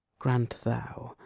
grant thou,